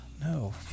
no